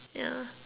ya